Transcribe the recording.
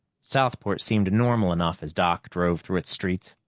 southport seemed normal enough as doc drove through its streets.